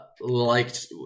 liked